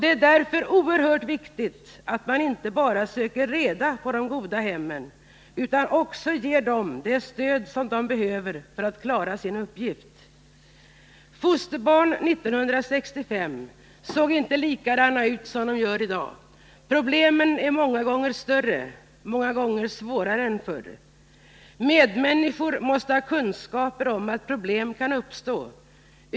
Det är därför oerhört viktigt att man inte bara söker reda på de goda hemmen utan också ger dem det stöd de behöver för att klara sin uppgift. Fosterbarn såg inte likadana ut 1965 som de gör i dag — problemen är många gånger större och svårare nu än förr. Medmänniskor måste ha kunskaper om att problem kan uppstå.